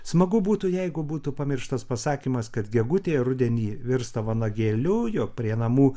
smagu būtų jeigu būtų pamirštas pasakymas kad gegutė rudenį virsta vanagėliu jog prie namų